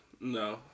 No